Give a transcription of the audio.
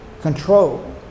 control